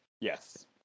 Yes